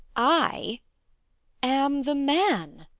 i am the man.